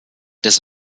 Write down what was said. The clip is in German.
des